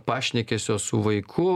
pašnekesio su vaiku